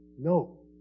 No